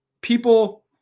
people